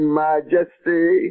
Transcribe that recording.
majesty